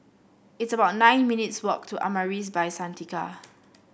it's about nine minutes' walk to Amaris By Santika